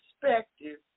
perspective